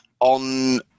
on